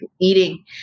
eating